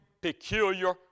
peculiar